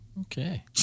Okay